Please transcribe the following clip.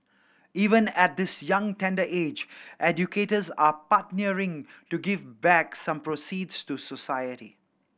even at this young tender age educators are partnering to give back some proceeds to society